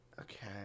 Okay